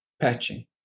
patching